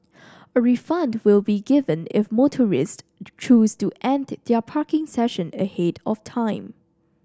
a refund will be given if motorists choose to end their parking session ahead of time